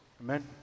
Amen